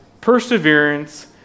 perseverance